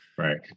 Right